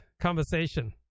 conversation